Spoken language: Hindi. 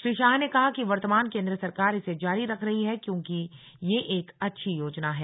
श्री शाह ने कहा कि वर्तमान केन्द्र सरकार इसे जारी रख रही है क्योंकि यह एक अच्छी योजना है